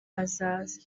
hazaza